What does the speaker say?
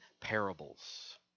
parables